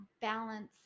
balance